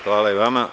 Hvala i vama.